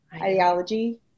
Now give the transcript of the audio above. Ideology